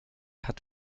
hat